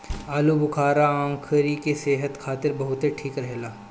आलूबुखारा आंखी के सेहत खातिर बहुते ठीक रहेला